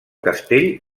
castell